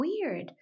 weird